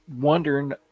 wondering